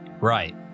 right